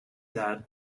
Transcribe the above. that